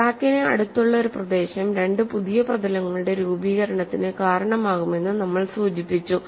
ക്രാക്കിന് അടുത്തുള്ള ഒരു പ്രദേശം രണ്ട് പുതിയ പ്രതലങ്ങളുടെ രൂപീകരണത്തിന് കാരണമാകുമെന്ന് നമ്മൾ സൂചിപ്പിച്ചു